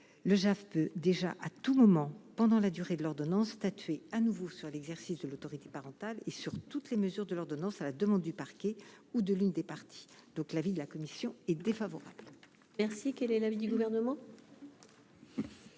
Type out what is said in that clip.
Le JAF peut déjà à tout moment, pendant la durée de l'ordonnance, statuer à nouveau sur l'exercice de l'autorité parentale et sur toutes les mesures de l'ordonnance à la demande du parquet ou de l'une des parties. L'avis de la commission est donc défavorable. Quel est l'avis du Gouvernement ?